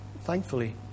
thankfully